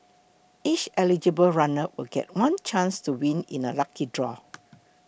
each eligible runner will get one chance to win in a lucky draw